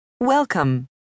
Welcome